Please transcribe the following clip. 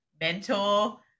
mentor